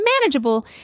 manageable